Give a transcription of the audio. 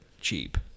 cheap